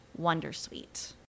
wondersuite